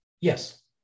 Yes